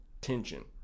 tension